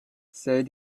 said